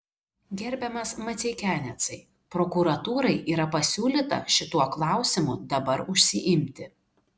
gerbiamas maceikianecai prokuratūrai yra pasiūlyta šituo klausimu dabar užsiimti